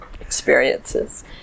experiences